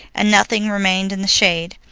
and nothing remained in the shade.